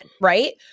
Right